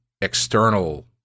external